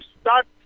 start